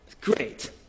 Great